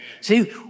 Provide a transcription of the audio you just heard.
See